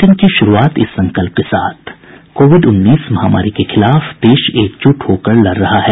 bulletin की शुरूआत इस संकल्प के साथ कोविड उन्नीस महामारी के खिलाफ देश एकजुट होकर लड़ रहा है